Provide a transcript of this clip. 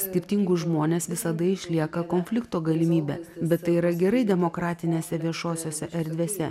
skirtingus žmones visada išlieka konflikto galimybė bet tai yra gerai demokratinėse viešosiose erdvėse